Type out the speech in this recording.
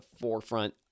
forefront